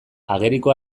ageriko